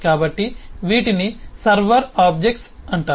కాబట్టి వీటిని server objects అంటారు